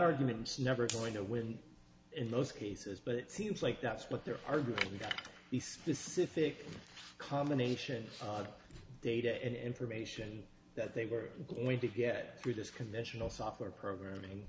argument is never going to win in most cases but it seems like that's what they're arguing about the specific combination of data and information that they were going to get through this conventional software program